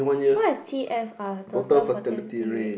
what is T F ah total fertility rate